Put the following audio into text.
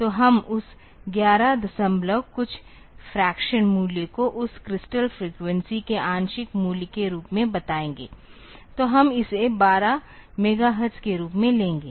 तो हम उस ग्यारह दसंबलव कुछ फ्रैक्शन मूल्य को उस क्रिस्टल फ्रीक्वेंसी के आंशिक मूल्य के रूप में बताएंगे तो हम इसे 12 मेगाहर्ट्ज़ के रूप में लेंगे